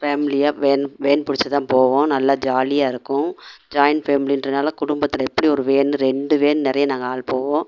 ஃபேம்லியாக van van பிடிச்சு தான் போவோம் நல்லாக ஜாலியாக இருக்கும் ஜாயிண்ட் ஃபேமிலின்றதனால குடும்பத்தில் எப்படியும் ஒரு வேன் ரெண்டு வேன் நிறைய நாங்கள் ஆள் போவோம்